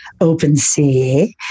OpenSea